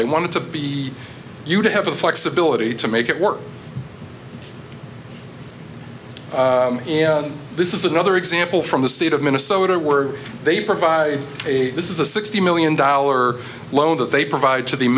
they wanted to be you to have the flexibility to make it work this is another example from the state of minnesota were they provide a this is a sixty million dollars loan that they provide to the